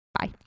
Bye